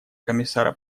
комиссара